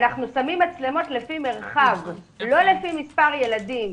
אנחנו שמים מצלמות לפי מרחב, לא לפי מספר ילדים.